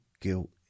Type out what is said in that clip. guilt